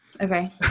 Okay